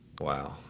Wow